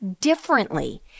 differently